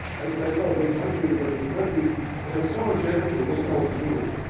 that's not a big country, but it's a country that has so much energy it doesn't know what to do with it.